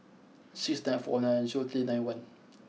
six nine four nine zero three nine one